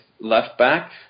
left-back